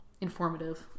informative